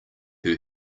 who